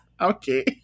okay